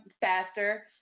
faster